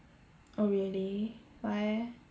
oh really why eh